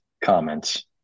comments